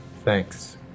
Thanks